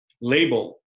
label